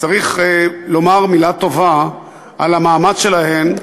צריך לומר מילה טובה על המאמץ שלהן,